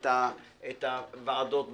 את הוועדות במשרדים.